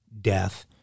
death